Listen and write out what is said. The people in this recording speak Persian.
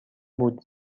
بود